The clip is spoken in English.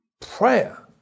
prayer